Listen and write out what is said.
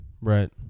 right